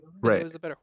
right